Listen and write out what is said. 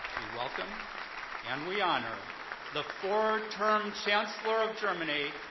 we welcome and we honor the four-term chancellor of germany,